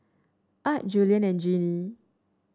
Art Julien and Joanie